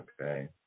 okay